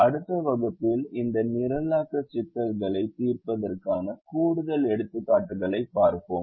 அடுத்த வகுப்பில் இந்த நிரலாக்க சிக்கல்களைத் தீர்ப்பதற்கான கூடுதல் எடுத்துக்காட்டுகளைப் பார்ப்போம்